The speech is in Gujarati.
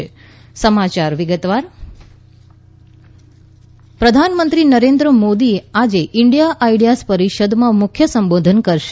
આઇડિયા સમીટ પ્રધાનમંત્રી નરેન્દ્ર મોદી આજે ઈન્ડિયા આઈડિયાઝ પરિષદમાં મુખ્ય સંબોધન કરશે